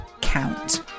count